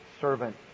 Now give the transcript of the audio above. servant